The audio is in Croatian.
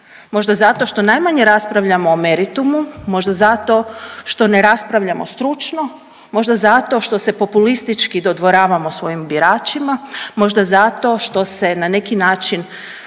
možda zato što najmanje raspravljamo o meritumu, možda zato što ne raspravljamo stručno, možda zato što se populistički dodvoravamo svojim biračima, možda zato što se, na neki način